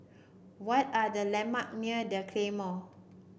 what are the landmark near The Claymore